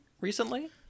recently